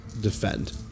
defend